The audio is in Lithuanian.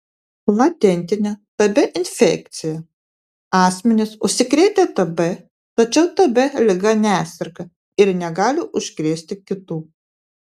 latentinė tb infekcija asmenys užsikrėtę tb tačiau tb liga neserga ir negali užkrėsti kitų